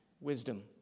wisdom